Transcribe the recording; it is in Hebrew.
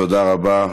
תודה רבה.